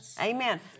amen